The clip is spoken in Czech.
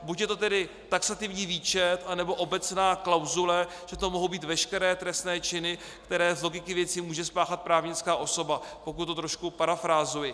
Buď je to tedy taxativní výčet, anebo obecná klauzule, že to mohou být veškeré trestné činy, které z logiky věci může spáchat právnická osoba, pokud to trošku parafrázuji.